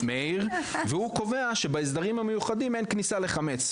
-- והוא קובע שבהסדרים המיוחדים אין כניסה לחמץ,